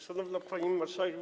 Szanowna Pani Marszałek!